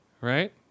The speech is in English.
Right